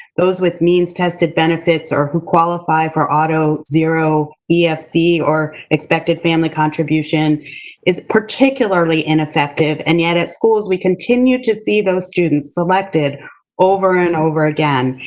those with means tested benefits or who qualify for auto zero yeah efc or expected family contribution is particularly ineffective. and yet at schools, we continue to see those students selected over and over again,